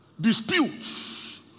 disputes